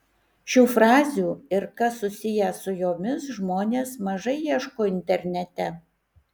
šių frazių ir kas susiję su jomis žmonės mažai ieško internete